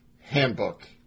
Handbook